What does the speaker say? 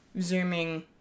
Zooming